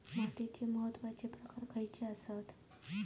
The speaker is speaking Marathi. मातीचे महत्वाचे प्रकार खयचे आसत?